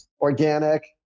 organic